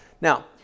Now